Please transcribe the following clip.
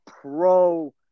pro